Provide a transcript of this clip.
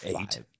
eight